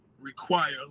require